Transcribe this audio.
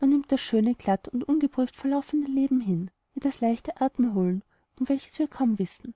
man nimmt das schöne glatt und ungeprüft verlaufende leben hin wie das leichte atemholen um welches wir kaum wissen